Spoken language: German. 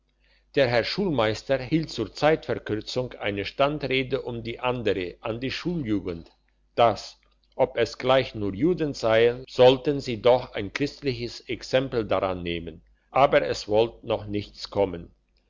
der herr schulmeister hielt zur zeitverkürzung eine standrede um die andere an die schuljugend dass ob es gleich nur juden seien sollten sie doch ein christliches exempel daran nehmen aber es wollt noch nichts kommen